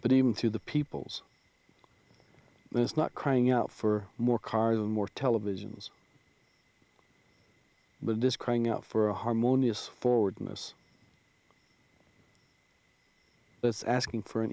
but even through the peoples there is not crying out for more cars or more televisions but this crying out for a harmonious forwardness that's asking for an